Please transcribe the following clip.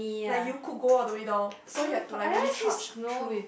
like you could go all the way down so you have to really trudge through